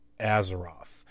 Azeroth